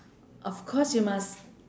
of course you must